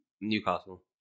Newcastle